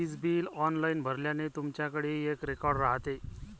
वीज bill online भरल्याने, तुमच्याकडेही एक रेकॉर्ड राहते